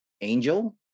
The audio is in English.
Angel